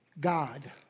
God